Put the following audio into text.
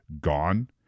gone